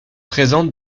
présente